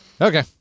Okay